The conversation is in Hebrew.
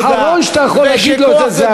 האחרון שאתה יכול להגיד לו את זה,